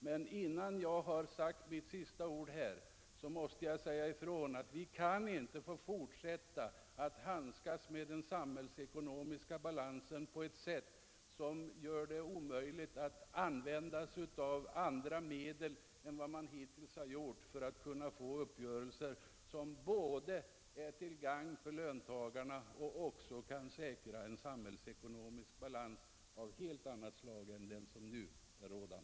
Men innan jag sagt mitt sista ord här måste jag deklarera att vi inte kan få fortsätta att handskas med samhällsekonomin på det sätt som nu sker. Det måste gå att använda andra medel än hittills för att nå uppgörelser som både är till gagn för löntagarna och kan säkra en samhällsekonomisk balans av ett helt annat slag än den som nu råder.